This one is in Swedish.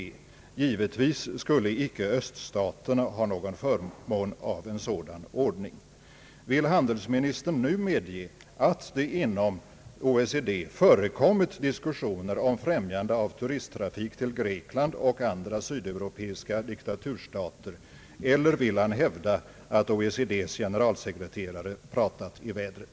Givetvis skulle inte öststaterna ha någon förmån av en sådan ordning. Vill handelsministern nu medge, att det inom OECD förekommit diskussioner om främjande av turisttrafik till Grekland och andra sydeuropeiska diktaturstater, eller vill han hävda att OECD:s generalsekreterare pratat i vädret?